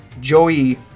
Joey